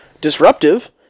Disruptive